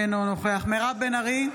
אינו נוכח מירב בן ארי,